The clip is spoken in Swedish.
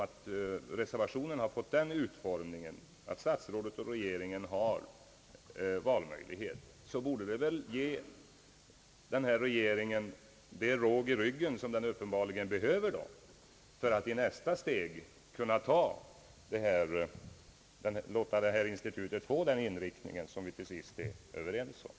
Eftersom reservationen fått den utformningen att statsrådet och regeringen har valmöjlighet, borde väl regeringen därmed ha fått den råg i ryggen, som regeringen uppenbarligen behöver för att i nästa steg låta institutet få den inriktning som vi motionärer önskar och som statsrådet i ett tidigare anförande anslutit sig till.